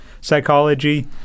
psychology